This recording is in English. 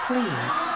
Please